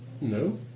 No